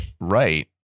Right